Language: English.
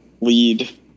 lead